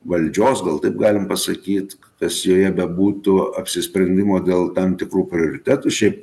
valdžios gal taip galim pasakyt kas joje bebūtų apsisprendimo dėl tam tikrų prioritetų šiaip